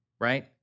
right